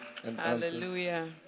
Hallelujah